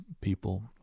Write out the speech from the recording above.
people